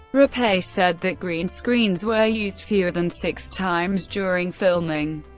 rapace said that green screens were used fewer than six times during filming.